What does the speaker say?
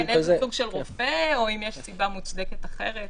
איזה סוג של רופא או אם יש סיבה מוצדקת אחרת